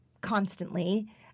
constantly